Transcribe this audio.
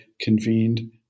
convened